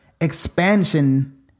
expansion